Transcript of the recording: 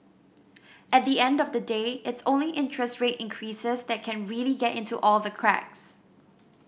at the end of the day it's only interest rate increases that can really get into all the cracks